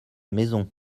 maison